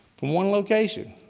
one location,